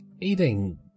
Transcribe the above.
eating